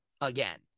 again